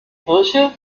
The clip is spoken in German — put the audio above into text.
kirche